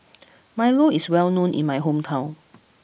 Milo is well known in my hometown